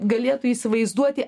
galėtų įsivaizduoti